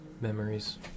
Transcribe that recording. memories